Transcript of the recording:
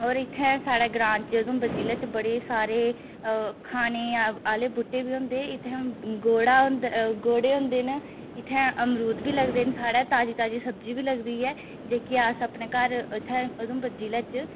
होर इत्थें साढ़ै ग्रांऽ उधमपुर जि'ले च बड़े सारे खाने आह्ले बूह्टे बी होंदे इत्थें गौड़ा होंदा गौड़े होंदे न इत्थै अमरुद बी लगदे न साढ़ै ताज़ी ताज़ी सब्ज़ी बी लगदी ऐ जेह्की अस अपने घर इत्थै उधमपुर जि'ल़े च